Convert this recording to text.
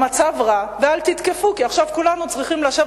המצב רע ואל תתקפו כי עכשיו כולנו צריכים לשבת